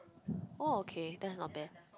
oh okay that's not bad